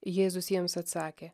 jėzus jiems atsakė